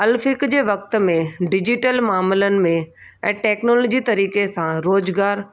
अलिफिक जे वक़्ति में डिजीटल मामिलनि में ऐ टेक्नोलिजी तरीक़े सां रोज़गारु